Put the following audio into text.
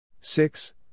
six